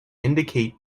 indicate